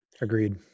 Agreed